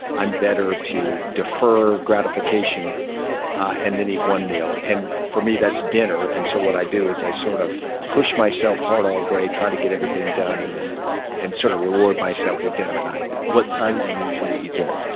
i'm better to defer gratification and then eat one meal. and for me, that's dinner. and so what i do is i sort of push myself hard all day, try to get everything done and then sort of reward myself with dinner at night. what time do you usually eat dinner?